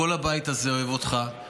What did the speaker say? כל הבית הזה אוהב אותך.